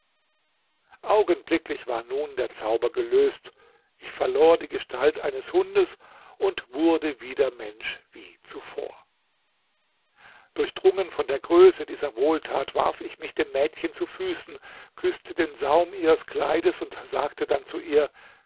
augenblicklich war nun der zauber gelöst ich verlor die gestalt eines hundes und wurde wieder mensch wie zuvor durchdrungen von der größe dieser wohltat warf ich mich dem mädchen zu füßen küßte den saum ihres kleides und sagte dann zu ihr